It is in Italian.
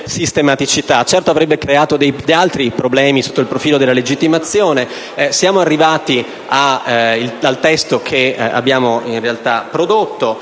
sistematicità (certo, avrebbe creato altri problemi sotto il profilo della legittimazione). Siamo arrivati al testo che abbiamo prodotto.